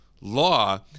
law